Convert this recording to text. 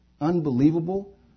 unbelievable